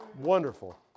Wonderful